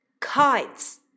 kites